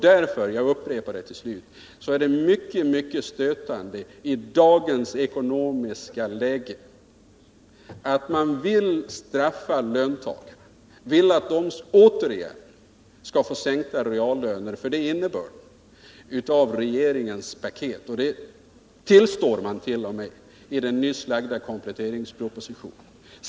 Därför — jag upprepar det till slut — är det mycket stötande att man i dagens ekonomiska läge vill straffa löntagarna och återigen ge dem sänkta reallöner. Det är innebörden av regeringens paket. Det tillstår man t.o.m. i den nyss framlagda kompletteringspropositionen.